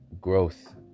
growth